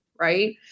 Right